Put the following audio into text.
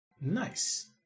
Nice